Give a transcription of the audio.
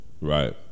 Right